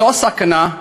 זו הסכנה,